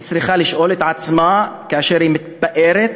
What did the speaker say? היא צריכה לשאול את עצמה כאשר היא מתפארת